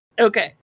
Okay